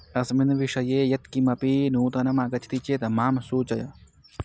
अस्मिन् विषये यत्किमपि नूतनमागच्छति चेत् मां सूचय